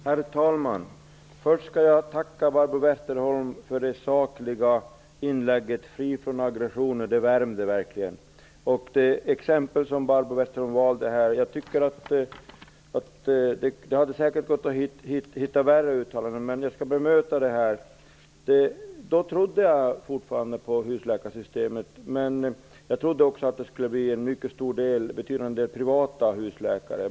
Herr talman! Först tackar jag Barbro Westerholm för hennes sakliga inlägg fritt från aggressioner. Det värmde verkligen. När det gäller de exempel som Barbro Westerholm här valde kan jag säga att det säkert hade varit möjligt att hitta värre uttalanden. Jag skall i alla fall bemöta Barbro Westerholm här. Tidigare trodde jag på husläkarsystemet. Jag trodde att det skulle bli en mycket stor andel privata husläkare.